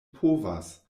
povas